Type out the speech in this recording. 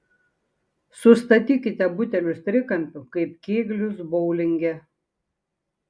sustatykite butelius trikampiu kaip kėglius boulinge